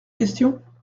question